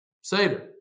Seder